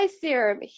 Serum